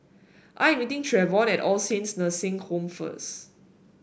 I am meeting Treyvon at All Saints Nursing Home first